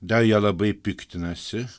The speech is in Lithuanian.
dar ja labai piktinasi